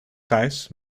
grijs